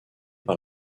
par